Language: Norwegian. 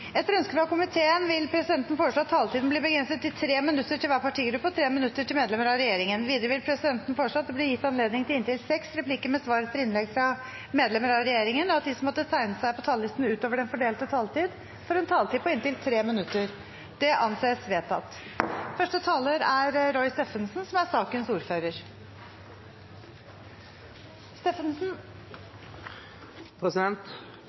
Etter ønske fra utdannings- og forskningskomiteen vil presidenten foreslå at taletiden blir begrenset til 3 minutter til hver partigruppe og 3 minutter til medlemmer av regjeringen. Videre vil presidenten foreslå at det blir gitt anledning til inntil seks replikker med svar etter innlegg fra medlemmer av regjeringen, og at de som måtte tegne seg på talerlisten utover den fordelte taletid, får en taletid på inntil 3 minutter. – Det anses vedtatt. Bakgrunnen for forslagene som fremmes i representantforslaget, er